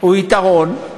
הוא יתרון,